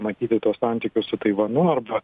matyti tuos santykius su taivanu arba